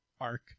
arc